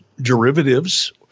derivatives